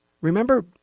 Remember